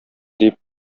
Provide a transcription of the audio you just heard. дип